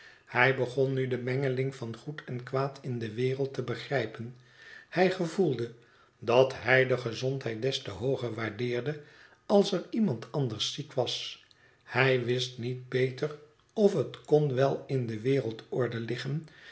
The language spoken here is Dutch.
hij begon nu de mengeling van goed en kwaad in de wereld te begrijpen hij gevoelde dat hij de gezondheid des te hooger waardeerde als er iemand anders ziek was hij wist niet beter of het kon wel in de